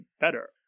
better